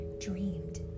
dreamed